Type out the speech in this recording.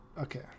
Okay